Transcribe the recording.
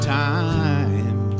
time